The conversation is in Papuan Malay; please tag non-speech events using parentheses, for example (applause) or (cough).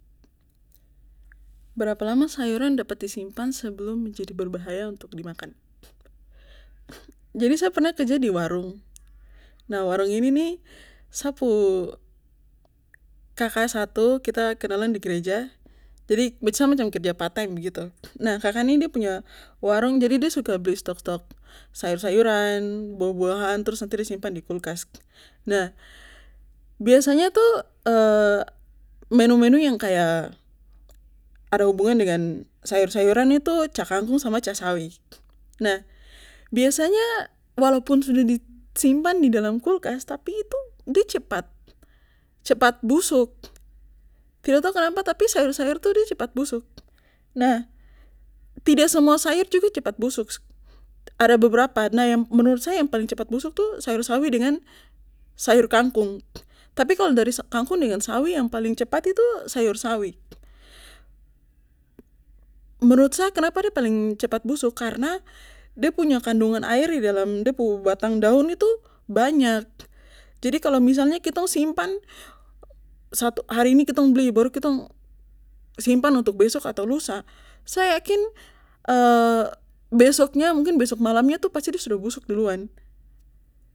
Berapa lama sayuran dapat di sebelum menjadi berbahaya untuk dimakan (hesitation) (noise) jadi sa pernah bekerja di warung nah warung ini nih sa pu (hesitation) kaka satu kita kenalan di gereja jadi sa macam kerja part time begitu nah kaka nih de punya warung jadi de suka beli stok sayur sayuran buah buahan trus nanti de simpan di kulkas nah biasanya tuh (hesitation) menu menu yang kaya ada hubungan dengan sayur sayuran itu cah kangkung sama cah sawi (noise) nah biasanya walaupun sudah di simpan di dalam kulkas tapi itu de cepat, cepat busuk tidak tau kenapa tapi sayur sayur tuh de cepat busuk nah tidak semua sayur juga cepat busuk ada beberapa nah yang menurut sa yang paling cepat busuk tuh sayur sawi dengan sayur kangkung tapi kalo dari kangkung dengan sawi yang paling cepat itu sayur sawi (hesitation) menurut sa kenapa de paling cepat busuk karna de punya kandungan air di dalam de pu batang daun itu banyak jadi kalo misalnya kita simpan (hesitation) satu hari ini kitong beli kitong simpan untuk besok atau lusa sa yakin (hesitation) besoknya mungkin besok malamnya itu pasti de sudah busuk duluan